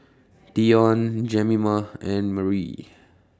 Deion Jemima and Marie